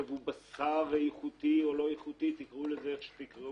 ייבוא בשר איכותי או לא איכותי תקראו לזה איך שתקראו.